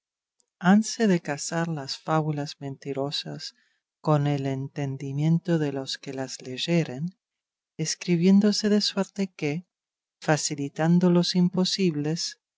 hanse de casar las fábulas mentirosas con el entendimiento de los que las leyeren escribiéndose de suerte que facilitando los imposibles